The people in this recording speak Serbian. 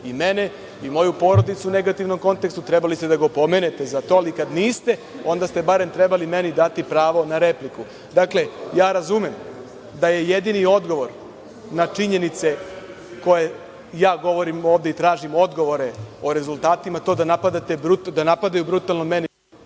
mene i moju porodicu u negativnom kontekstu, trebali ste da ga opomenete za to, ali kad niste, onda ste barem trebali meni dati pravo na repliku. Dakle, razumem da je jedini odgovor na činjenice koje ja govorim ovde i tražim odgovore o rezultatima, to da napadaju brutalno mene